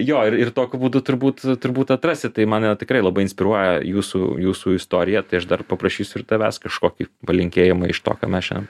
jo ir ir tokiu būdu turbūt turbūt atrasi tai mane tikrai labai inspiruoja jūsų jūsų istorija tai aš dar paprašysiu ir tavęs kažkokį palinkėjimą iš to ką mes šiandien